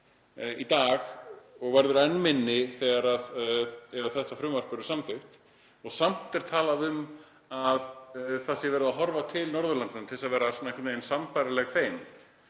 í dag og verður enn styttri þegar þetta frumvarp verður samþykkt og samt er talað um að verið sé að horfa til Norðurlandanna til að vera einhvern veginn sambærileg þeim.